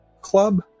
Club